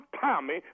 Tommy